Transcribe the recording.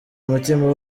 mutima